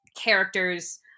characters